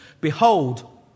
Behold